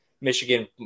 Michigan